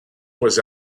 was